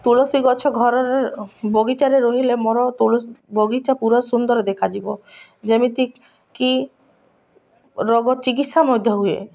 ତୁଳସୀ ଗଛ ଘରର ବଗିଚାରେ ରହିଲେ ମୋର ବଗିଚା ପୁରା ସୁନ୍ଦର ଦେଖାଯିବ ଯେମିତି କି ରୋଗ ଚିକିତ୍ସା ମଧ୍ୟ ହୁଏ